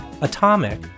Atomic